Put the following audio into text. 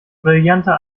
brillanter